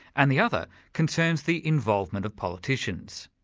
and the other concerns the involvement of politicians.